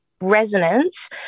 resonance